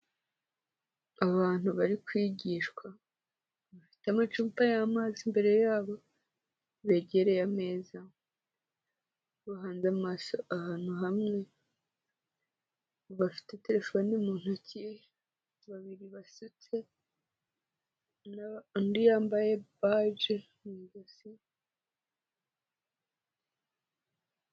Abantu bari kwigishwa bafite amacupa y'amazi imbere yabo, begereye ameza bahanze amaso ahantu hamwe, bafite telefone mu ntoki, babiri basetse undi yambaye baji mu ijosi.